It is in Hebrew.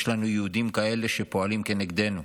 יש לנו יהודים כאלה שפועלים נגדנו.